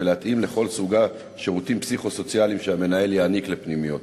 ולהתאים לכל סוגה שירותים פסיכו-סוציאליים שהמינהל יעניק לפנימיות.